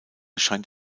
scheint